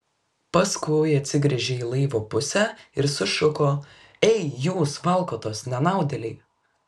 paskui atsigręžė į laivo pusę ir sušuko ei jūs valkatos nenaudėliai